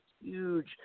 huge